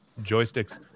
joysticks